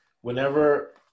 Whenever